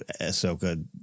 Ahsoka